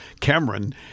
Cameron